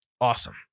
awesome